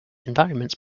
environments